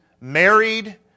married